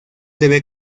debe